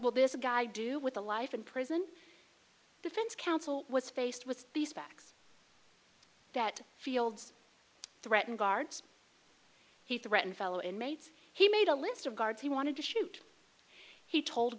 will this guy do with a life in prison defense counsel was faced with these facts that fields threaten guards he threatened fellow inmates he made a list of guards he wanted to shoot he told